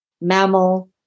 mammal